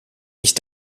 ich